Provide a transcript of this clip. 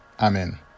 Amen